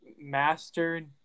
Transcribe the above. mastered